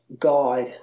guide